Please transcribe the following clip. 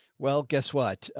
well guess what?